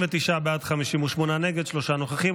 39 בעד, 58 נגד, שלושה נוכחים.